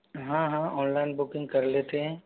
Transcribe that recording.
हाँ हाँ online booking कर लेते हैं